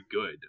good